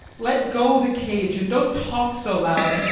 let go the cage and don't talk so loud.